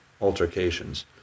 altercations